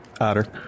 Otter